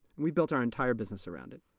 we built our entire business around it.